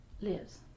lives